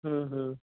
হুম হুম